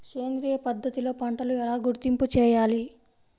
సేంద్రియ పద్ధతిలో పంటలు ఎలా గుర్తింపు చేయాలి?